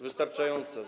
Wystarczająco.